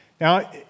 Now